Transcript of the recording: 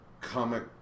comic